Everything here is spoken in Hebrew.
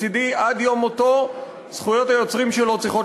מצדי עד יום מותו זכויות היוצרים שלו צריכות